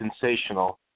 sensational